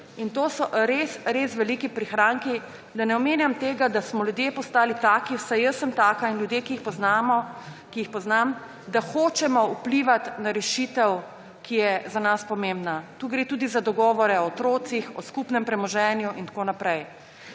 In to so res zelo veliki prihranki. Da ne omenjam tega, da smo ljudje postali takšni, vsaj jaz sem takšna in ljudje, ki jih poznam, da hočemo vplivati na rešitev, ki je za nas pomembna. Tu gre tudi za dogovore o otrocih, o skupnem premoženju in tako naprej.